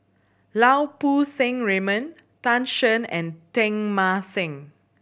Lau Poo Seng Raymond Tan Shen and Teng Mah Seng